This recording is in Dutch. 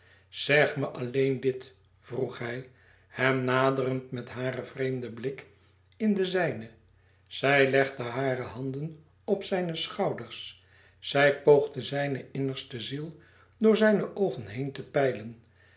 zeg me alleen dit vroeg zij hem naderend met haren vreemden blik in den zijne zij legde hare handen op zijne schouders zij poogde zijne innerste ziel door zijne oogen heen te peilen